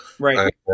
Right